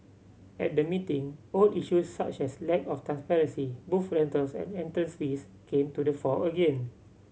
at the meeting old issues such as lack of transparency booth rentals and entrance fees came to the fore again